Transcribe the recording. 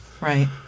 Right